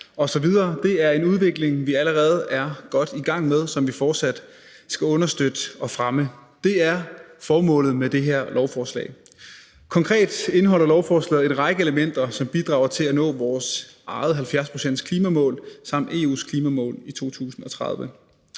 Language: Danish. og det er en udvikling, vi allerede er godt i gang med, og som vi fortsat skal understøtte og fremme. Det er formålet med det her lovforslag. Konkret indeholder lovforslaget en række elementer, som bidrager til at nå vores eget klimamål på 70 pct. samt EU's klimamål i 2030.